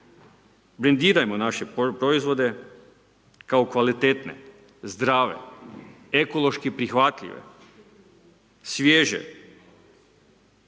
Brendirajmo naše proizvode kao kvalitetne, zdrave, ekološki prihvatljive, svježe.